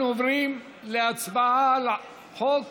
אנחנו עוברים להצבעה על חוק